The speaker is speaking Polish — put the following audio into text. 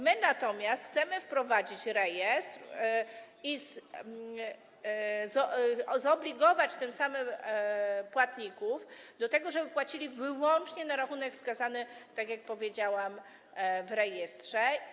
My natomiast chcemy wprowadzić rejestr i zobligować tym samym płatników do tego, żeby płacili wyłącznie na rachunek wskazany, tak jak powiedziałam, w rejestrze.